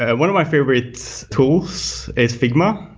ah one of my favorite tools is figma,